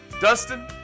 Dustin